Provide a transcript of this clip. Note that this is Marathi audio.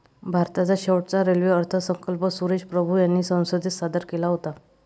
भारताचा शेवटचा रेल्वे अर्थसंकल्प सुरेश प्रभू यांनी संसदेत सादर केला होता